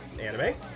anime